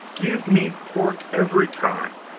give me pork, every time.